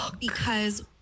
because-